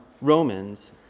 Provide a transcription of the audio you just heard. Romans